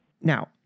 Now